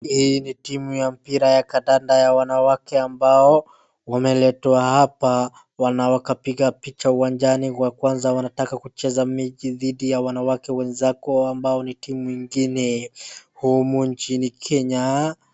Hii ni timu ya mpira ya kadada ya wanawake ambao wameletwa hapa na wakapiga picha uwanjani. Wa kwaza wanataka kucheza mechi dhidi ya wanawake wenzako ambao ni timu ingine, humu nchini Kenya.